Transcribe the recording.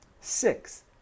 six